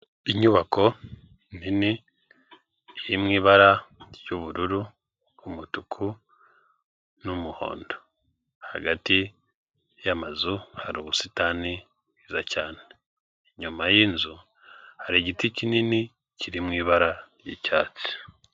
Inyubako nini iri mu ibara ry'ubururu, umutuku n'umuhondo, hagati y'amazu hari ubusitani bwiza cyane, inyuma y'inzu hari igiti kinini kiri mu ibara ry'icyatsi.